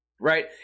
right